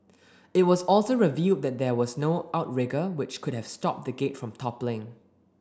it was also revealed that there was no outrigger which could have stopped the gate from toppling